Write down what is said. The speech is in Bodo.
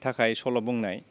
थाखाय सल' बुंनाय